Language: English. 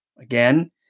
Again